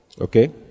okay